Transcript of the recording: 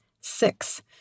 Six